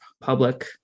public